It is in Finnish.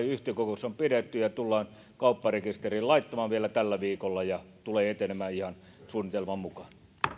yhtiökokous on pidetty ja se tullaan kaupparekisteriin laittamaan vielä tällä viikolla ja tulee etenemään ihan suunnitelman mukaan